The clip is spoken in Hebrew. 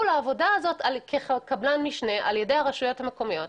לעבודה הזו כקבלן משנה על ידי הרשויות המקומיות.